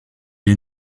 est